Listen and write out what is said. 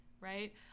right